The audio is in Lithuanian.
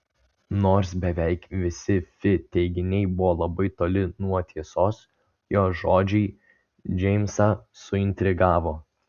nors beveik visi fi teiginiai buvo labai toli nuo tiesos jos žodžiai džeimsą suintrigavo